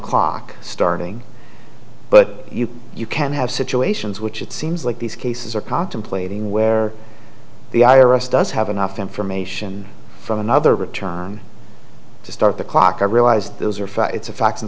clock starting but you can have situations which it seems like these cases are contemplating where the i r s does have enough information from another return to start the clock i realized those are facts of facts and